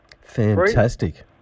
Fantastic